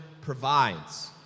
provides